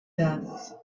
deaths